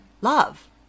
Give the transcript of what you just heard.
love